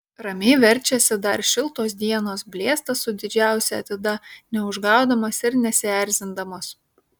ramiai verčiasi dar šiltos dienos blėsta su didžiausia atida neužgaudamos ir nesierzindamos